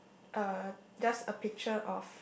uh just a picture of